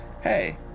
Hey